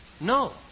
No